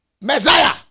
Messiah